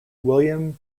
william